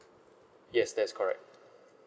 yes that's correct